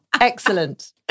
Excellent